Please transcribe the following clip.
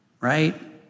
right